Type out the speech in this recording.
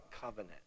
covenant